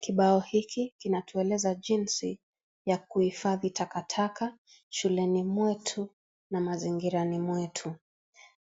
Kibao hiki kinatueleza jinsi ya kuhifadhi takataka shuleni mwetu na mazingarani mwetu.